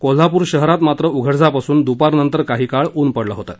कोल्हापूर शहरात मात्र उघडझाप असून दुपारनंतर काही काळ ऊन पडलं होतं